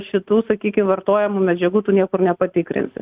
šitų sakykim vartojamų medžiagų tu niekur nepatikrinsi